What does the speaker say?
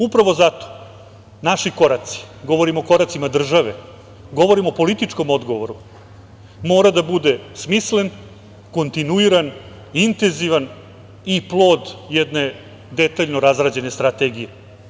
Upravo zato naši koraci, govorim o koracima države, govorim o političkom odgovoru, mora da bude smislen, kontinuiran, intenzivan i plod jedne detaljno razrađene strategije.